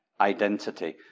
identity